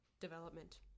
development